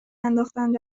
انداختن